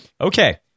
Okay